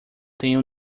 tenho